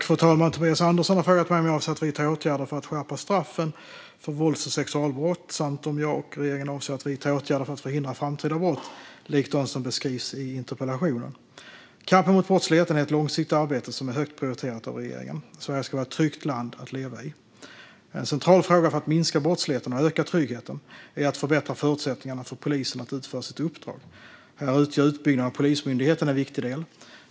Fru talman! har frågat mig om jag avser att vidta åtgärder för att skärpa straffen för vålds och sexualbrott samt om jag och regeringen avser att vidta åtgärder för att förhindra framtida brott likt de som beskrivs i interpellationen. Kampen mot brottsligheten är ett långsiktigt arbete som är högt prioriterat av regeringen. Sverige ska vara ett tryggt land att leva i. En central fråga för att minska brottsligheten och öka tryggheten är att förbättra förutsättningarna för polisen att utföra sitt uppdrag. Här utgör utbyggnaden av Polismyndigheten en viktig del.